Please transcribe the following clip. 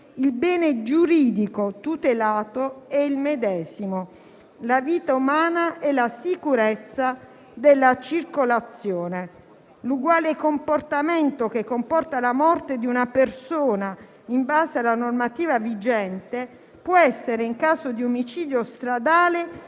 il bene giuridico tutelato è il medesimo: la vita umana e la sicurezza della circolazione. L'uguale comportamento che comporta la morte di una persona, in base alla normativa vigente, può essere, in caso di omicidio stradale,